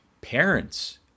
parents